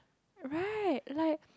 right like